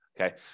Okay